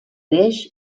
greix